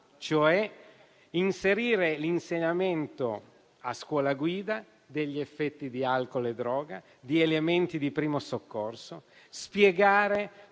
inserire cioè l'insegnamento a scuola guida degli effetti di alcol e droga, di elementi di primo soccorso, spiegare